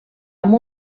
amb